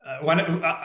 One